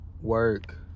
work